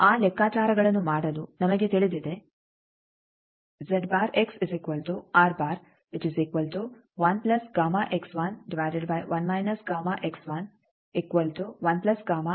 ಆ ಲೆಕ್ಕಾಚಾರಗಳನ್ನು ಮಾಡಲು ನಮಗೆ ತಿಳಿದಿದೆ ಆಗಿರಬೇಕು